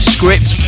Script